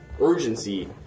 urgency